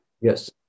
yes